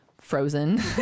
frozen